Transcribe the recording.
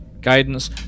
Guidance